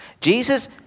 Jesus